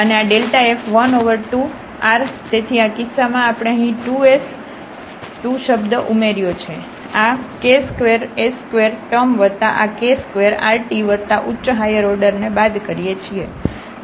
તેથી આ કિસ્સામાં આપણે અહીં કે 2 એસ 2 શબ્દ ઉમેર્યો છે અને આ k2s2 ટર્મ વત્તા આ k2rt વત્તા ઉચ્ચ હાયર ઓર્ડરને બાદ કરીએ છીએ